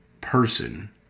person